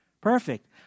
Perfect